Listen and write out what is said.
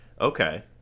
Okay